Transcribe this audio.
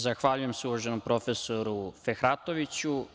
Zahvaljujem se uvaženom profesoru Fehratoviću.